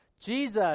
Jesus